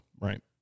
Right